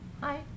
hi